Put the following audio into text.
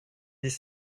dix